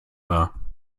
war